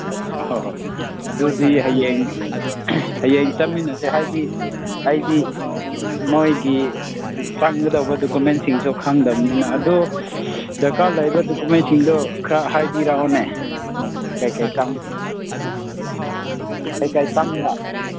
ꯑꯣꯑꯣ ꯑꯗꯨꯗꯤ ꯍꯌꯦꯡ ꯍꯌꯦꯡ ꯆꯠꯃꯤꯟꯅꯁꯦ ꯍꯥꯏꯕꯗꯤ ꯑꯩꯗꯤ ꯅꯣꯏꯒꯤ ꯆꯪꯒꯗꯧꯕ ꯗꯣꯀꯨꯃꯦꯟꯁꯤꯡꯁꯨ ꯈꯪꯗꯕꯅꯤꯅ ꯑꯗꯨ ꯗꯔꯀꯥꯔ ꯂꯩꯕ ꯗꯣꯀꯨꯃꯦꯟꯁꯤꯡꯗꯣ ꯈꯔ ꯍꯥꯏꯕꯤꯔꯛꯎꯅꯦ ꯀꯔꯤ ꯀꯔꯤ ꯀꯔꯤ ꯀꯔꯤ ꯆꯪꯕ꯭ꯔ